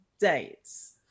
dates